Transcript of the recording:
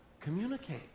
communicate